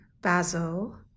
basil